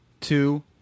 two